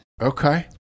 Okay